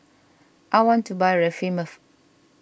I want to buy Remifemin